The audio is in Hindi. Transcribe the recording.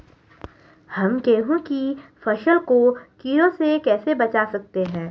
हम गेहूँ की फसल को कीड़ों से कैसे बचा सकते हैं?